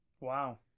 Wow